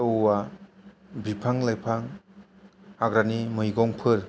औवा बिफां लाइफां हाग्रानि मैगंफोर